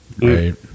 right